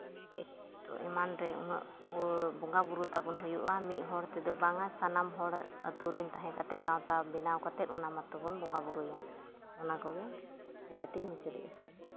ᱮᱢᱟᱱ ᱨᱮ ᱩᱱᱟᱹᱜ ᱵᱚᱸᱜᱟᱼᱵᱩᱨᱩ ᱛᱟᱵᱚᱱ ᱦᱩᱭᱩᱜᱼᱟ ᱢᱤᱫ ᱦᱚᱲ ᱛᱮᱫᱚ ᱵᱟᱝᱟ ᱥᱟᱱᱟᱢ ᱦᱚᱲ ᱟᱹᱛᱩ ᱨᱮᱱ ᱛᱟᱦᱮᱸ ᱠᱟᱛᱮᱫ ᱜᱟᱶᱛᱟ ᱵᱮᱱᱟᱣ ᱠᱟᱛᱮᱫ ᱚᱱᱟ ᱢᱟᱛᱚᱵᱚᱱ ᱵᱚᱸᱜᱟᱼᱵᱩᱨᱩᱭᱟ ᱚᱱᱟ ᱠᱚᱜᱮ ᱞᱟᱹᱭ ᱠᱟᱛᱮᱧ ᱢᱩᱪᱟᱹᱫᱮᱜᱼᱟ